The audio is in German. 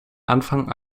anfang